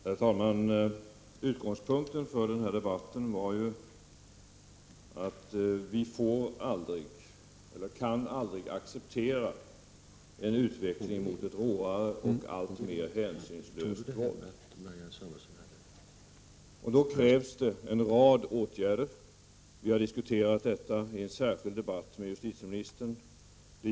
Herr talman! Utgångspunkten för den här debatten är ju att vi aldrig får acceptera en utveckling mot ett råare och alltmer hänsynslöst våld. Mot den bakgrunden krävs det en rad åtgärder. Vi har diskuterat dessa saker i en särskild debatt med justitieministern.